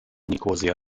nikosia